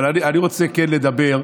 אבל אני רוצה כן לדבר,